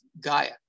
Gaia